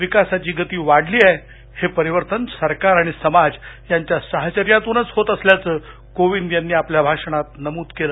विकासाची गती वाढली आहे आहे हे परिवर्तन सरकार आणि समाज यांच्या साहचर्यातूनच होत असल्याचं कोविंद यांनी आपल्या भाषणात नमद केलं